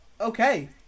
okay